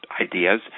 ideas